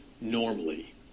normally